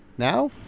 now.